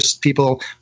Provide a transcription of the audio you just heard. people